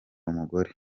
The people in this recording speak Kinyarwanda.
umugore